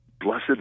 Blessed